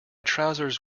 trousers